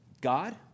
God